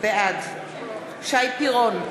בעד שי פירון,